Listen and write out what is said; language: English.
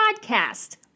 podcast